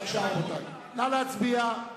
רבותי, נא להצביע.